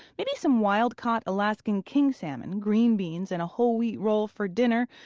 maybe some wild-caught alaskan king salmon, green beans and a whole wheat roll for dinner,